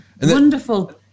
wonderful